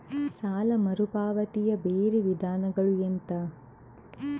ಸಾಲ ಮರುಪಾವತಿಯ ಬೇರೆ ವಿಧಾನಗಳು ಎಂತ?